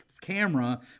camera